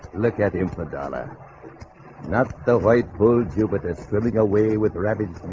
look at him for dolla not the white bull jupiter swimming away with rabbits